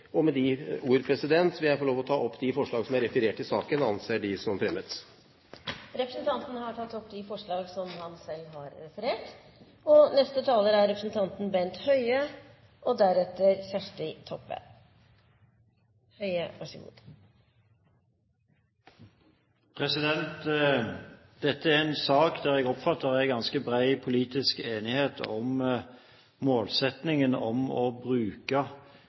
fremdrift. Med de ordene vil jeg få lov å ta opp det forslaget som er referert i saken, og anser det som fremmet. Representanten Per Arne Olsen har tatt opp det forslaget han refererte til. Dette er en sak der jeg oppfatter at det er ganske bred politisk enighet om målsettingen om å bruke